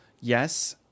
Yes